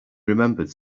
remembered